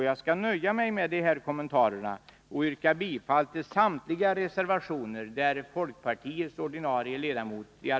Jag skall nöja mig med dessa kommentarer, och jag yrkar bifall till samtliga reservationer